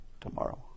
tomorrow